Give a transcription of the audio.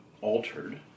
altered